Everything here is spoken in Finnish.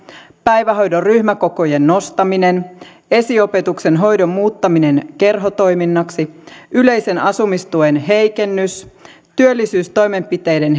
päivähoidon ryhmäkokojen nostaminen esiopetuksen hoidon muuttaminen kerhotoiminnaksi yleisen asumistuen heikennys työllisyystoimenpiteiden